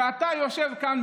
אתה יושב כאן,